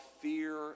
fear